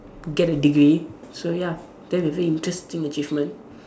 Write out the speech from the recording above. get a degree so ya that will be an interesting achievement